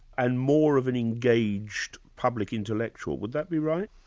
and more of an engaged public intellectual would that be right?